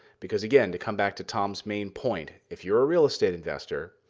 because again, to come back to tom's main point, if you're a real estate investor,